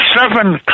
seven